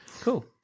Cool